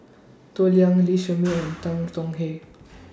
Toh Liying Lee Shermay and Tan Tong Hye